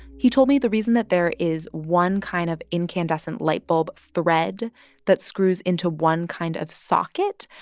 he told me the reason that there is one kind of incandescent light bulb thread that screws into one kind of socket,